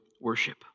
worship